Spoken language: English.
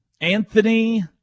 Anthony